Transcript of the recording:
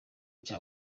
cya